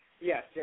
Yes